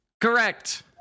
correct